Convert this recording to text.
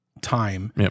time